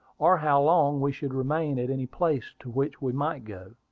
or how long we should remain at any place to which we might go.